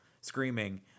screaming